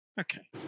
Okay